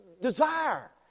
desire